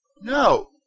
No